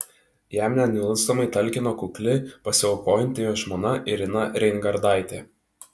jam nenuilstamai talkino kukli pasiaukojanti jo žmona irina reingardaitė